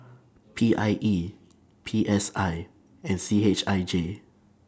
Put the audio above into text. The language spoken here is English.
P I E P S I and C H I J